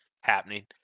happening